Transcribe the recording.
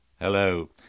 Hello